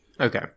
okay